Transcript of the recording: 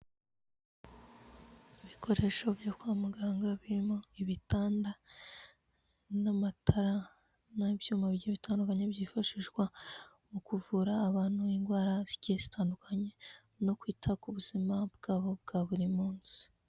Ibikoresho byo kwa muganga birimo ibitanda n'amatara, n'ibyuma bigiye bitandukanye byifashishwa mu kuvura abantu indwara zigiye zitandukanye, no kwita ku buzima bwabo bwa buri munsi.